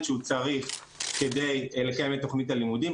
שהוא צריך כדי לקיים את תכנית הלימודים.